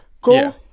Cool